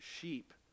sheep